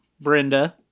Brenda